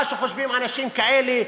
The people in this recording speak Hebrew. מה שחושבים אנשים כאלה.